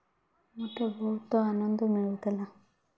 ମୋତେ ବହୁତ ଆନନ୍ଦ ମିଳୁଥିଲା